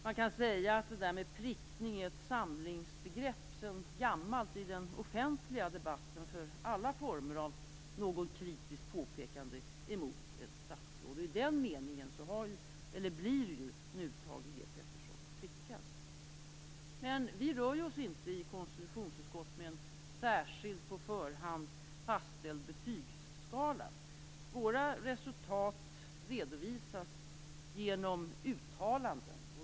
Man kan säga att prickning är ett samlingsbegrepp sedan gammalt i den offentliga debatten för alla former av kritiskt påpekande mot ett statsråd. I den meningen blir Thage G Peterson nu prickad. Men vi rör oss i konstitutionsutskottet inte med någon särskild, på förhand fastställd betygsskala. Våra resultat redovisas genom uttalanden.